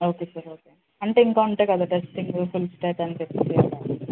okay sir okay అంటే ఇంకా ఉంటాయి కదా టెస్టింగు ఫుల్ స్టాక్ అని చెప్పి